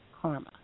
karma